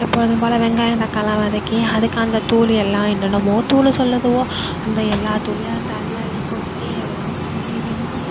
எப்போதும் போல வெங்காயம் தக்காளிலாம் வதக்கி அதுக்கு அந்த தூள் எல்லாம் என்னன்னமோ தூள் சொல்லுதுவோ அந்த எல்லா தூளையும் அது தலையில அள்ளி கொட்டி எல்லாம் பண்ணி கிண்ணி